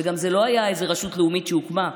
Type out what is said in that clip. וגם זו לא הייתה איזה רשות לאומית שהוקמה.